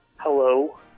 Hello